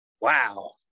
wow